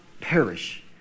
perish